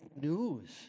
News